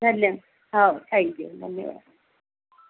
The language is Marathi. धन्य हो थँक्यू धन्यवाद